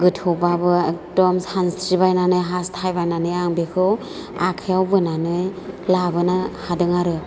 गोथौबाबो एकदम सानस्रिबायनानै हास्थायबायनानै आं बेखौ आखाइयाव बोनानै लाबोनो हादों आरो